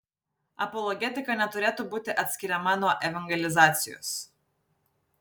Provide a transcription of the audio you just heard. apologetika neturėtų būti atskiriama nuo evangelizacijos